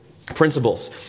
Principles